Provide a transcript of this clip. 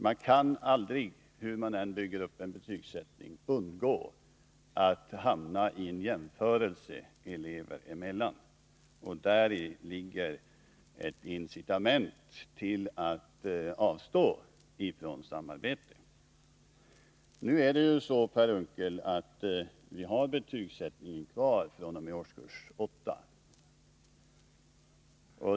Man kan aldrig, hur man än bygger upp en betygsättning, undgå att hamna i en situation som innebär en jämförelse elever emellan. Och däri ligger ett incitament till att avstå från samarbete. Vi har betygsättningen kvar fr.o.m. årskurs åtta.